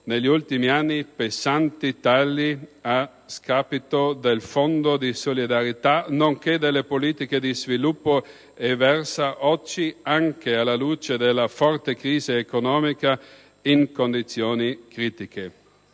negli ultimi anni ha subito pesanti tagli a scapito del Fondo di solidarietà nonché delle politiche di sviluppo e oggi, anche alla luce della forte crisi economica, versa in condizioni critiche.